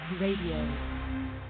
Radio